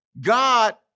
God